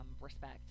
respect